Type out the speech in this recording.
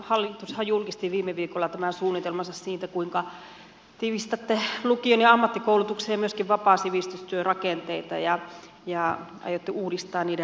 hallitushan julkisti viime viikolla suunnitelmansa siitä kuinka tiivistätte lukion ja ammattikoulutuksen ja myöskin vapaan sivistystyön rakenteita ja aiotte uudistaa niiden rahoitusta